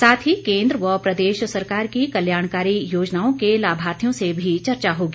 साथ ही केन्द्र व प्रदेश सरकार की कल्याणकारी योजनाओं के लाभार्थियों से भी चर्चा होगी